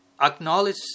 acknowledge